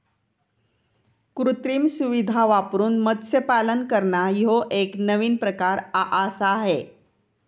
कृत्रिम सुविधां वापरून मत्स्यपालन करना ह्यो एक नवीन प्रकार आआसा हे